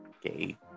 gay